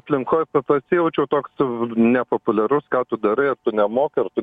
aplinkoj pasijaučiau toks nepopuliarus ką tu darai ar tu nemoki ar tu